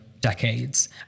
decades